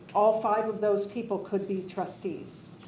all five of those people could be trustees.